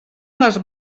les